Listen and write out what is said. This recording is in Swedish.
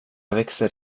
växer